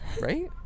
Right